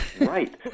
Right